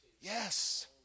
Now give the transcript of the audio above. Yes